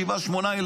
שבעה,